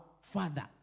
Father